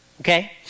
okay